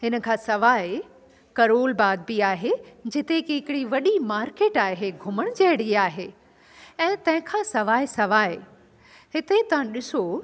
हिनखां सवाइ करोलबाग बि आहे जिते की हिकिड़ी वॾी मार्केट आहे घुमणु जहिड़ी आहे ऐं तंहिंखां सवाइ सवाइ हिते तव्हां ॾिसो